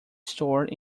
stored